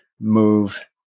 move